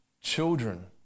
children